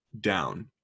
down